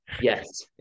Yes